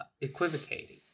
equivocating